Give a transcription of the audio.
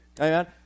Amen